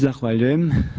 Zahvaljujem.